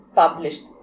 published